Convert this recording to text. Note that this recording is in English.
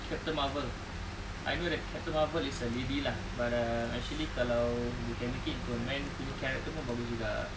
captain marvel I know that captain marvel is a lady lah but uh actually kalau you can make it into a man punya character pun bagus juga